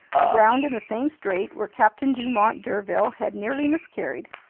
aground in the same strait where captain dumont d'urville had nearly miscarried.